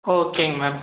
ஓகேங்க மேம்